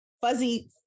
fuzzy